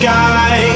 Sky